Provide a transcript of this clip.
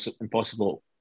impossible